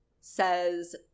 Says